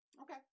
Okay